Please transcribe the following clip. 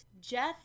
Jeff